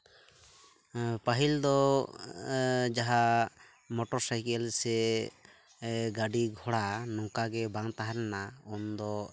ᱯᱟᱹᱦᱤᱞ ᱫᱚ ᱡᱟᱦᱟᱸ ᱢᱚᱴᱚᱨ ᱥᱟᱭᱠᱮᱞ ᱥᱮ ᱜᱟᱹᱰᱤ ᱜᱷᱚᱲᱟ ᱱᱚᱝᱠᱟᱜᱮ ᱵᱟᱝ ᱛᱟᱦᱮᱸᱞᱮᱱᱟ ᱩᱱᱫᱚ